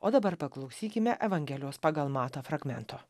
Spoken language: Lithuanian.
o dabar paklausykime evangelijos pagal matą fragmento